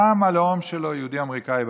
שם הלאום שלו: יהודי אמריקאי,